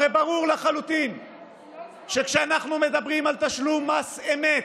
הרי ברור לחלוטין שכשאנחנו מדברים על תשלום מס אמת,